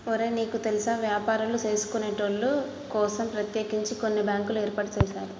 ఒరే నీకు తెల్సా వ్యాపారులు సేసుకొనేటోళ్ల కోసం ప్రత్యేకించి కొన్ని బ్యాంకులు ఏర్పాటు సేసారు